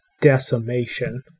decimation